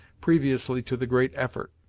previously to the great effort.